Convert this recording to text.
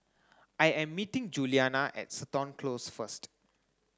I am meeting Juliana at Seton Close first